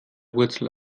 wurzel